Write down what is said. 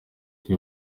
kuko